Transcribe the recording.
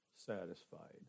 satisfied